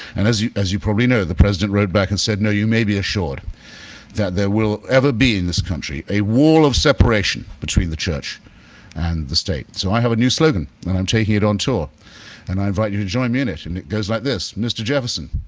and as you as you probably know, the president wrote back and saud, no, you may be assured that there will ever be in this country a wall of separation between the church and the state. so i have a new slogan and i'm taking it on tour and i invite you to join me in it and it goes like this, mr. jefferson,